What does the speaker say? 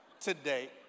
today